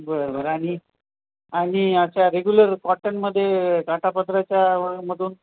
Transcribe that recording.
बरं बरं आणि आणि अच्छा रेग्युलर कॉटनमध्ये काठापदराच्या मधून